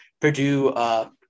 Purdue